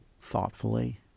thoughtfully